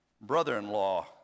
brother-in-law